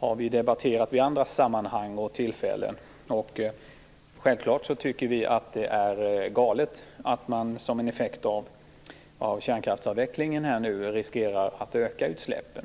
har vi debatterat i andra sammanhang och vid andra tillfällen. Självklart tycker vi att det är galet att man som en effekt av kärnkraftsavvecklingen nu riskerar att öka utsläppen.